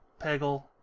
Peggle